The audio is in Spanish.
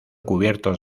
cubiertos